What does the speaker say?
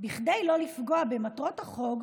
כדי לא לפגוע במטרות החוק,